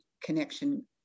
connection